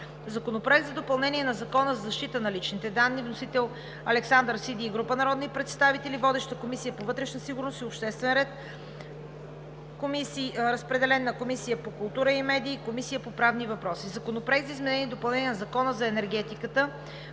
Законопроект за допълнение на Закона за защита на личните данни. Вносител – Александър Сиди и група народни представители. Водеща е Комисията по вътрешна сигурност и обществен ред, разпределен е на Комисията по културата и медиите, Комисията по правни въпроси. Законопроект за изменение и допълнение на Закона за енергетиката.